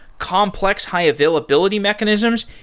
complex high availability mechanisms,